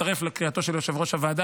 ואני מצטרף לקריאתו של יושב-ראש הוועדה